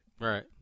Right